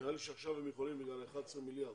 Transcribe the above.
נראה לי שעכשיו הם יכולים בגלל ה-11 מיליארד.